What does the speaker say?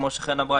כמו שחן אמרה,